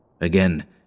Again